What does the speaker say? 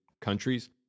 countries